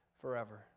forever